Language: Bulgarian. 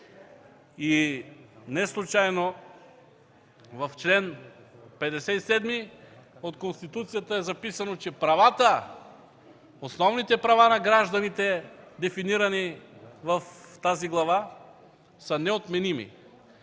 Неслучайно в чл. 57 от Конституцията е записано, че основните права на гражданите, дефинирани в тази глава, са неотменими.